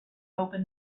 open